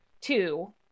two